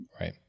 Right